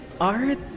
art